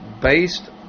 based